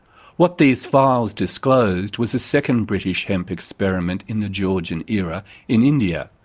what these files disclosed was a second british hemp experiment in the georgian era in india,